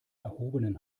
erhobenen